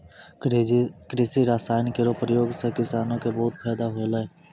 कृषि रसायन केरो प्रयोग सँ किसानो क बहुत फैदा होलै